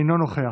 אינו נוכח,